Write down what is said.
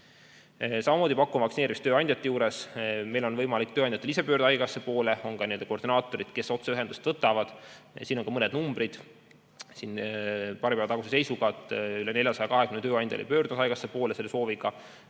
Samamoodi pakume vaktsineerimist tööandjate juures. Meil on võimalik tööandjatel ise pöörduda haigekassa poole, on ka nende koordinaatorid, kes otse ühendust võtavad. Siin on ka mõned numbrid paari päeva taguse seisuga. Üle 420 tööandja on pöördunud haigekassa poole selle sooviga.